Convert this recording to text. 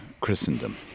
Christendom